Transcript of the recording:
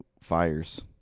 fires